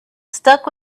stuck